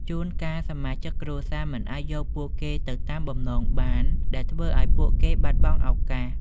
ជួនកាលសមាជិកគ្រួសារមិនអាចយកពួកគេទៅតាមបំណងបានដែលធ្វើឱ្យពួកគេបាត់បង់ឱកាស។